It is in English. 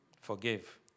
Forgive